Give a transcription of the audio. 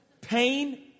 Pain